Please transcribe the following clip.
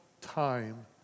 time